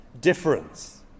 Difference